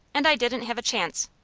and i didn't have a chance.